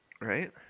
Right